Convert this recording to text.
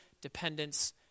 dependence